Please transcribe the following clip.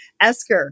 Esker